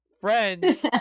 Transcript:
friends